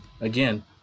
Again